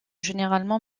généralement